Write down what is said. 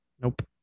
Nope